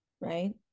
Right